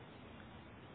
तुम्हाला समजत आहे का